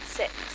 six